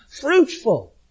fruitful